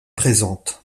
présente